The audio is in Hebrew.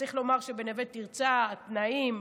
צריך לומר שבנווה תרצה התנאים,